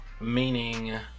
meaning